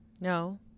No